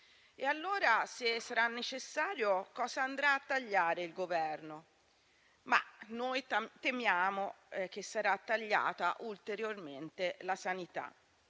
E allora, se sarà necessario, cosa andrà a tagliare il Governo? Noi temiamo che sarà tagliata ulteriormente la sanità.